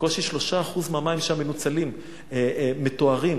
בקושי 3% מהמים שם מנוצלים, מטוהרים.